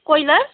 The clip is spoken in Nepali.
कोइलर